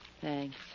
Thanks